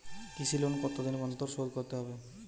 কৃষি লোন কতদিন অন্তর শোধ করতে হবে?